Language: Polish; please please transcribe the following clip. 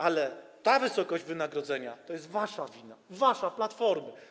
Ale ta wysokość wynagrodzenia to jest wasza wina, wasza, Platformy.